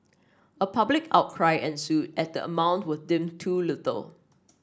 a public outcry ensued as the amount was deemed too little